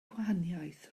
gwahaniaethau